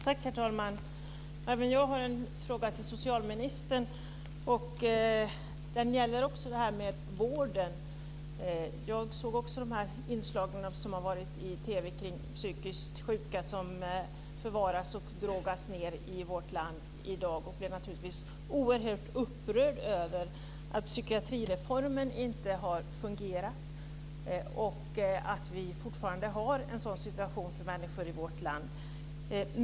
Herr talman! Även jag har en fråga till socialministern. Den gäller också vården. Jag såg också de här inslagen som har varit i TV kring psykiskt sjuka som förvaras och drogas ned i vårt land i dag och blev naturligtvis oerhört upprörd över att psykiatrireformen inte har fungerat och att vi fortfarande har en sådan situation för människor i vårt land.